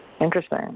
Interesting